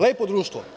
Lepo društvo.